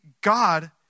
God